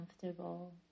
comfortable